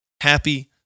happy